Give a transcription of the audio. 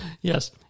Yes